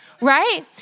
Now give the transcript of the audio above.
right